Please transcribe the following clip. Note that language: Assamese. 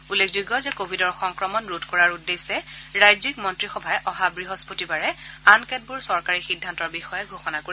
উল্লেখযোগ্য যে কোভিডৰ সংক্ৰমণ ৰোধ কৰা উদ্দেশ্যে ৰাজ্যিক মন্ত্ৰীসভাই অহা বৃহস্পতিবাৰে আন কেতবোৰ চৰকাৰী সিদ্ধান্তৰ বিষয়ে ঘোষণা কৰিব